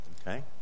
Okay